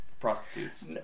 prostitutes